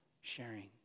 sharing